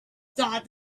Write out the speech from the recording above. thought